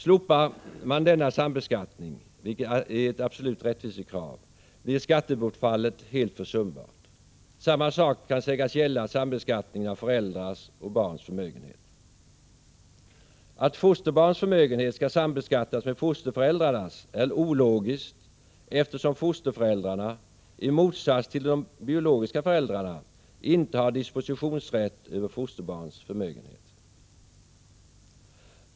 Slopar man denna sambeskattning, vilket är ett absolut rättvisekrav, blir skattebortfallet helt försumbart. Samma sak kan sägas gälla sambeskattningen av föräldrars och barns förmögenhet. Att fosterbarns förmögenhet skall sambeskattas med fosterföräldrarnas är ologiskt, eftersom fosterföräldrarna, i motsats till de biologiska föräldrarna, inte har dispositionsrätt över fosterbarns förmögenhet.